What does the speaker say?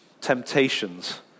temptations